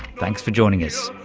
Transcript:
thanks for joining us.